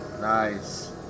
Nice